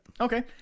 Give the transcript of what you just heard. Okay